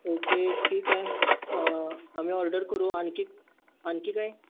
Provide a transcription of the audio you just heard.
okay ठीक आहे आम्ही ऑर्डर करू आणखी आणखी काय